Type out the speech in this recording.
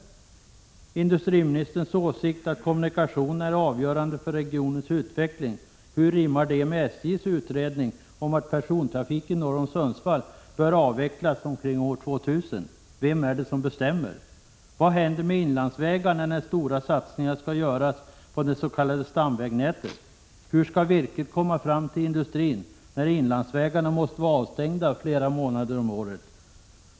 Hur rimmar industriministerns åsikt att kommunikationerna är avgörande för en regions utveckling med SJ:s utredning, som säger att persontrafiken norr om Sundsvall bör avvecklas omkring år 2000? Vem är det som bestämmer? Vad händer med inlandsvägarna när stora satsningar skall göras på det s.k. stamvägnätet? Hur skall virket komma fram till industrin när inlandsvägarna måste vara avstängda flera månader om året?